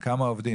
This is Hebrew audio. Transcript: על כמה עובדים?